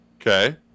Okay